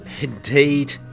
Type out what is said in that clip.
Indeed